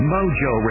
Mojo